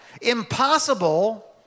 Impossible